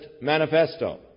Manifesto